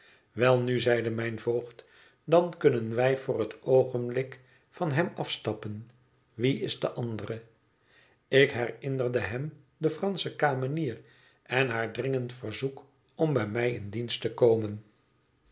welnu zeide mijn voogd dan kunnen wij voor het oogenblik van hem afstappen wie is de andere ik herinnerde hem de fransche kamenier en haar dringend verzoek om bij mij in dienst te komen